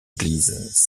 église